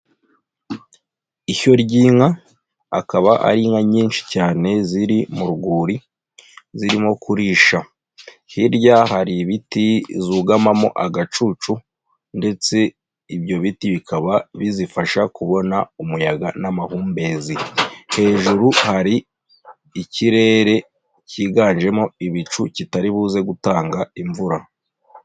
Ishyo ry'inka akaba ari inka nyinshi cyane ziri mu rwuri zirimo kurisha. Hirya hari ibiti zugamamo agacucu ndetse ibyo biti bikaba bizifasha kubona umuyaga n'amahumbezi. Hejuru hari ikirere kiganjemo ibicu kitaribuze gutanga imvura.